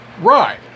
Right